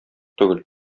түгел